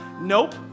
Nope